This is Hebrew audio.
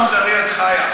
באיזה עולם מוסרי את חיה.